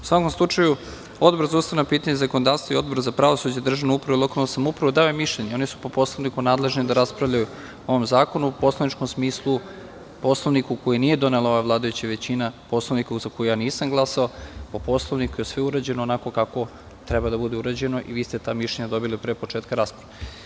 U svakom slučaju, Odbor za ustavna pitanja i zakonodavstvo i Odbor za pravosuđe i državnu upravu i lokalnu samoupravu, dao je mišljenje i oni su po Poslovniku nadležni da raspravljaju o ovom zakonu, Poslovniku koji nije donela ova vladajuća većina, Poslovniku za koji ja nisam glasao, i po Poslovniku je sve urađeno onako kako treba da bude urađeno i vi ste ta mišljenja dobili pre početka rasprave.